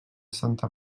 santa